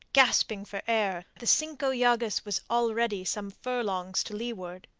gasping for air, the cinco llagas was already some furlongs to leeward.